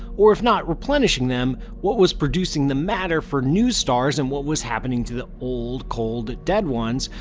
or if not replenishing them, what was producing the matter for new stars and what was happening to the old, cold dead ones,